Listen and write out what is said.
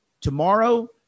tomorrow